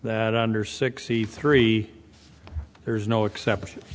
that under six e three there's no exceptions